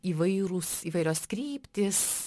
įvairūs įvairios kryptys